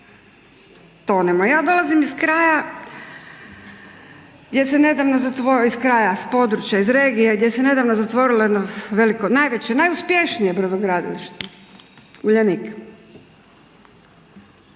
se nedavno, iz kraja, s područja, s regije gdje se nedavno zatvorilo jedno veliko, najveće, najuspješnije brodogradilište, Uljanik.